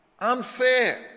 unfair